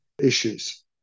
issues